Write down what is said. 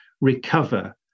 recover